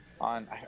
on